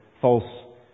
false